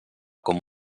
com